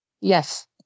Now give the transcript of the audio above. Yes